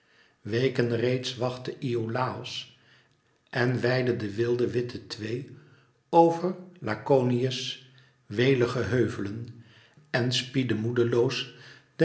weken reeds wachtte iolàos en weidden de wilde witte twee over lakonië's welige heuvelen en spiedde moedloos